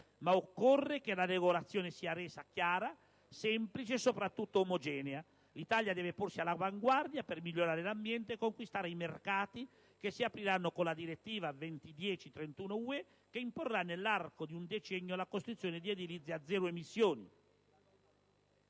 Ma occorre che la regolazione sia resa chiara, semplice, e soprattutto omogenea. L'Italia deve porsi all'avanguardia per migliorare l'ambiente e conquistare i mercati che si apriranno con la direttiva 2010/31/UE, che imporrà nell'arco di un decennio la costruzione di edilizia a zero emissioni;